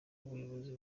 ubuyobozi